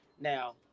now